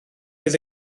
fydd